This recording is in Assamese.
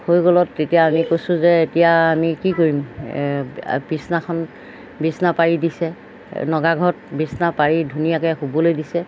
হৈ গ'লত তেতিয়া আমি কৈছোঁ যে এতিয়া আমি কি কৰিম বিছনাখন বিছনা পাৰি দিছে নগাঘৰত বিচনা পাৰি ধুনীয়াকৈ শুবলৈ দিছে